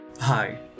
Hi